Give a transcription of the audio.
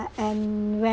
I'm when